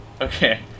Okay